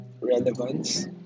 relevance